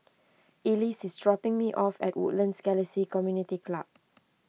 Elise is dropping me off at Woodlands Galaxy Community Club